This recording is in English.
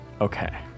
Okay